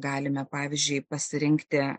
galime pavyzdžiui pasirinkti